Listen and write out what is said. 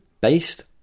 based